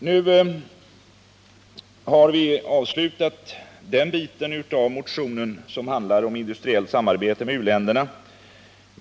Vi har avslutat motionen med hemställan i fyra punkter för den del som handlar om industriellt samarbete med u-länderna.